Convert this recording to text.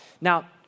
Now